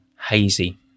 hazy